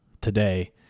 today